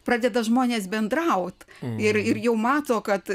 pradeda žmonės bendraut ir ir jau mato kad